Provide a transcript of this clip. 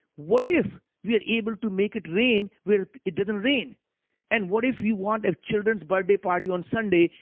what if we're able to make it rain where it didn't rain and what if you want a children's birthday party on sunday,